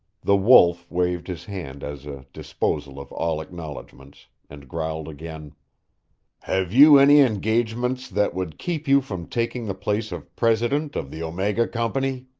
the wolf waved his hand as a disposal of all acknowledgments, and growled again have you any engagements that would keep you from taking the place of president of the omega company?